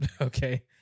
okay